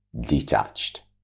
detached